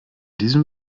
diesem